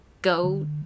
go